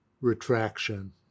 retraction